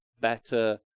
better